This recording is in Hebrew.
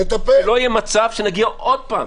שלא יהיה מצב שיגיע שוב,